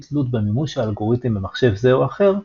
תלות במימוש האלגוריתם במחשב זה או אחר,